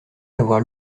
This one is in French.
l’avoir